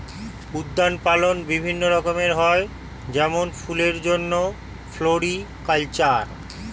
উদ্যান পালন বিভিন্ন রকম হয় যেমন ফুলের জন্যে ফ্লোরিকালচার